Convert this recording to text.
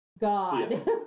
God